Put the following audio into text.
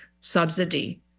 subsidy